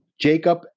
Jacob